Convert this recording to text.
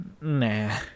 Nah